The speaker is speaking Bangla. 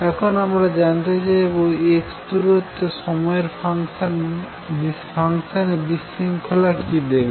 এখন আমরা জানতে চাইবো x দূরত্বে সময়ের ফাংশনে বিশৃঙ্খলা কি হবে